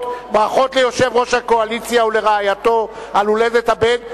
ברכות ליושב-ראש הקואליציה ולרעייתו על הולדת הבן.